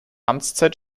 amtszeit